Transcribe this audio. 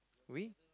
we